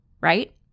Right